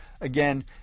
again